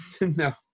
no